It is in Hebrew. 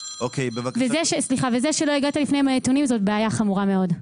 זה שלא הגעת עם הנתונים זאת בעיה חמורה מאוד.